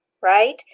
right